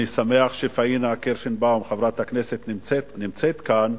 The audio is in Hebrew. אני שמח שחברת הכנסת פאינה קירשנבאום נמצאת כאן,